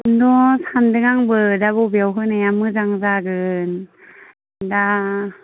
बेखौनोथ' सान्दों आंबो दा बबेयाव होनाया मोजां जागोन दा